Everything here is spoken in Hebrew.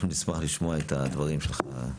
אנחנו נשמח לשמוע את הדברים שלך.